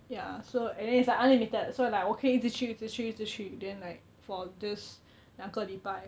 ya so and then it's like unlimited 所以 like 我可以一直去一直去一直去 then like for this 两个礼拜